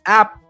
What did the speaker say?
app